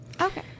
Okay